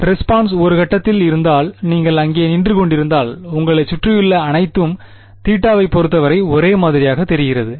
response ஒரு கட்டத்தில் இருந்தால் நீங்கள் அங்கே நின்று கொண்டிருந்தால் உங்களைச் சுற்றியுள்ள அனைத்தும் தீட்டாவைப் பொறுத்தவரை ஒரே மாதிரியாகத் தெரிகிறது